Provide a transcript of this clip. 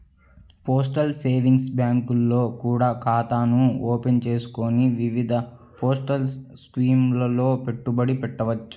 postal savings బ్యాంకుల్లో కూడా ఖాతాను ఓపెన్ చేసుకొని వివిధ పోస్టల్ స్కీముల్లో పెట్టుబడి పెట్టవచ్చు